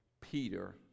Peter